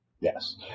Yes